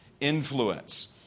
influence